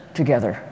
together